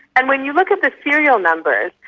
and when you look at the serial numbers,